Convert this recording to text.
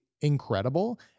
incredible